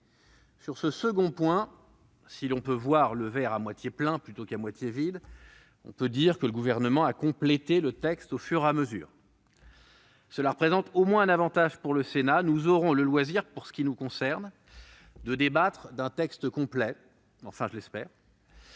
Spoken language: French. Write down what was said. Sur ce second point, si l'on préfère voir le verre à moitié plein plutôt qu'à moitié vide, on peut dire que le Gouvernement a complété le texte au fur et à mesure. Cette situation présente au moins un avantage pour le Sénat : nous aurons le loisir, pour ce qui nous concerne, de débattre d'un texte complet, du moins je l'espère.